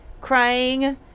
crying